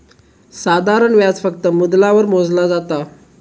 साधारण व्याज फक्त मुद्दलावर मोजला जाता